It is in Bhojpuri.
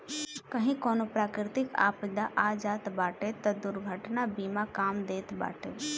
कही कवनो प्राकृतिक आपदा आ जात बाटे तअ दुर्घटना बीमा काम देत बाटे